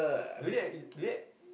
do you have do you have